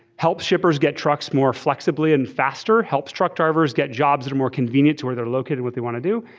help shippers get trucks more flexibly and faster, helps truck drivers get jobs that are more convenient to where they're located and what they want to do,